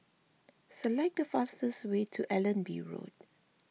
select the fastest way to Allenby Road